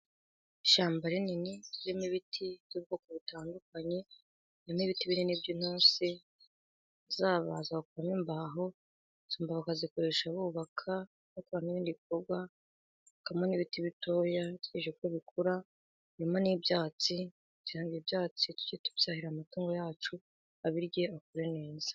Ishyamba rinini ririmo ibiti by'ubwoko butandukanye, ririmo ibiti binini by'intusi bazabaza bagakuramo, imbaho bakazikoresha bubaka bakora n'ibindi bikorwa, hakaba mo n'ibiti bitoya, bategereje ko bikura, harimo n'ibyatsi, ibyatsi tujye tubyahirira amatungo yacu abirye akure neza.